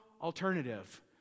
alternative